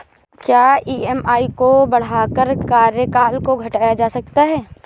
क्या ई.एम.आई को बढ़ाकर कार्यकाल को घटाया जा सकता है?